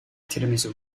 tiramisu